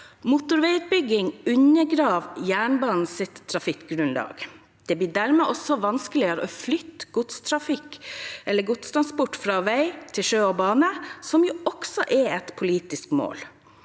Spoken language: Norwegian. Motorveiutbygging undergraver jernbanens trafikkgrunnlag. Det blir dermed også vanskeligere å flytte godstransport fra vei til sjø og bane, som også er et viktig politisk mål.